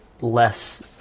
less